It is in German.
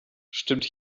stimmt